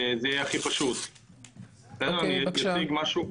היו לנו יעדים מדי פעם אבל לא הייתה לנו תוכנית